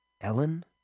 Ellen